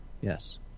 Yes